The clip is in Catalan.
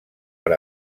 per